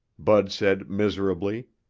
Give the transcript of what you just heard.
bud said miserably.